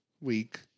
week